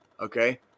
okay